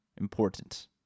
important